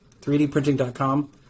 3dprinting.com